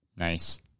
Nice